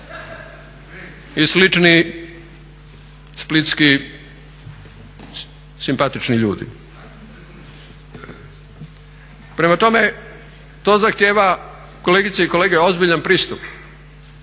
i slični splitski simpatični ljudi. Prema tome, to zahtjeva kolegice i kolege ozbiljan pristup.